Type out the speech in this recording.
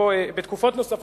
בתקופות נוספות,